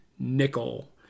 Nickel